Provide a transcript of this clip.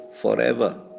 forever